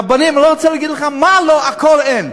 רבנים, אני לא רוצה להגיד לכם מה לא, הכול אין.